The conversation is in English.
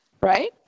Right